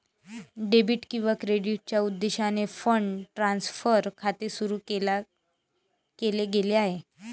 debit किंवा क्रेडिटच्या उद्देशाने फंड ट्रान्सफर खाते सुरू केले गेले आहे